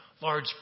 large